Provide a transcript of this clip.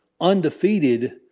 undefeated